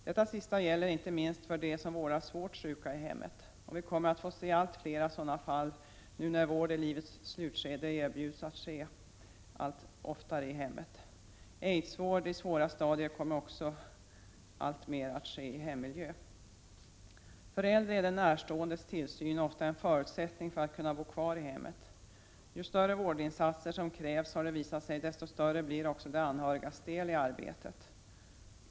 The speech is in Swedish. Det sistnämnda gäller inte minst för dem som vårdar svårt sjuka i hemmet. Och vi kommer att få se allt flera sådana fall nu när vård i livets slutskede allt oftare erbjuds att ske i hemmet. Vård av aidssjuka i svåra stadier kommer också alltmer att ske i hemmiljö. För äldre är den närståendes tillsyn ofta en förutsättning för att de skall kunna bo kvar i hemmet. Ju större vårdinsatser som krävs, desto större blir också de anhörigas del i arbetet, har det visat sig.